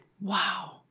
wow